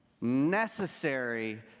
Necessary